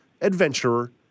adventurer